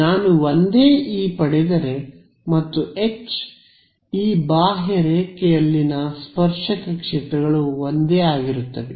ನಾನು ಒಂದೇ ಇ ಪಡೆದರೆ ಮತ್ತು H ಈ ಬಾಹ್ಯರೇಖೆಯಲ್ಲಿನ ಸ್ಪರ್ಶಕ ಕ್ಷೇತ್ರಗಳು ಒಂದೇ ಆಗಿರುತ್ತವೆ